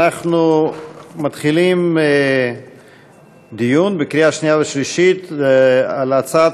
אנחנו מתחילים דיון בקריאה שנייה ושלישית בהצעת